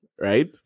right